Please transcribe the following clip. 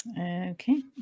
Okay